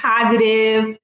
positive